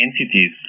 entities